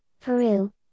Peru